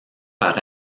par